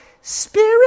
Spirit